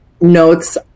notes